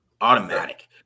Automatic